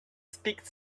speak